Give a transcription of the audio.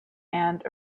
and